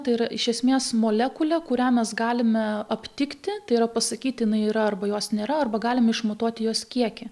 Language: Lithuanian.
tai yra iš esmės molekulė kurią mes galime aptikti tai yra pasakyt jinai yra arba jos nėra arba galim išmatuoti jos kiekį